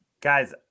Guys